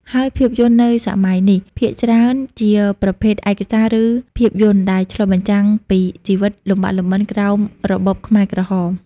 ហើយភាពយន្តនៅសម័យនេះ ភាគច្រើនជាប្រភេទឯកសារ ឬភាពយន្តដែលឆ្លុះបញ្ចាំងពីជីវិតលំបាកលំបិនក្រោមរបបខ្មែរក្រហម។